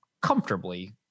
comfortably